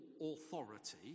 authority